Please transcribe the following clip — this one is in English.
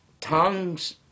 tongues